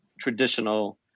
traditional